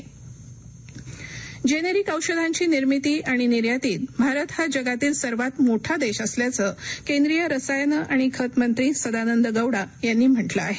गौडा औषधे जेनेरीक औषधांची निर्मिती आणि निर्यातीत भारत हा जगातील सर्वांत मोठा देश असल्याचं केंद्रीय रसायने आणि खत मंत्री सदानंद गौडा यांनी म्हा कें आहे